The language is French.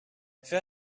fais